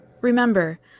Remember